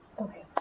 Okay